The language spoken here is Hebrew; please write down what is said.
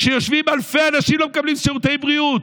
כשאלפי אנשים לא מקבלים שירותי בריאות?